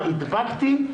הדבקתי,